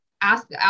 ask